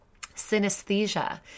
synesthesia